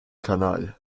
kanal